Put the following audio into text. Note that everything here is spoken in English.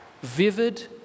vivid